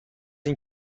این